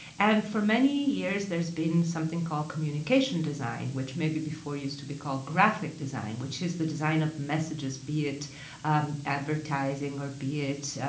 and for many years there's been something called communication design, which maybe before used to be called graphic design, which is the design of messages, be it and advertising or be it,